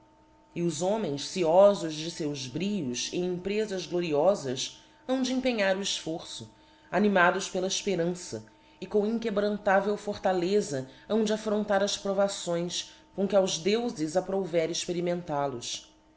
e os homens ciolbs de feus brios em emprefas gloriofas hão de empenhar o eítorço animados pela efperança e com inquebrantável fortaleza hão de affrontar as provações com que aos deufes approuver experimental os ifto fizeram fcmpre os